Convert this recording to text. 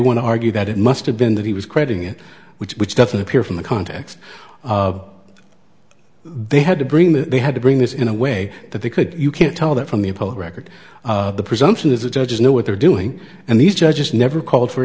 want to argue that it must have been that he was quoting it which which doesn't appear from the context of they had to bring the they had to bring this in a way that they could you can't tell that from the public record the presumption is the judges know what they're doing and these judges never called for